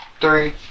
Three